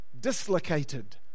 dislocated